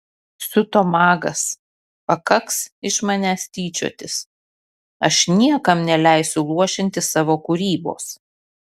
siuto magas pakaks iš manęs tyčiotis aš niekam neleisiu luošinti savo kūrybos